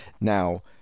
Now